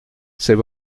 c’est